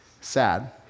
Sad